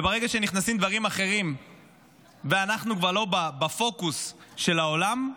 וברגע שנכנסים דברים אחרים ואנחנו כבר לא בפוקוס של העולם,